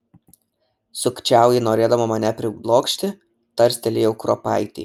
sukčiauji norėdama mane priblokšti tarstelėjau kruopaitei